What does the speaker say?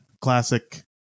classic